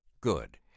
Good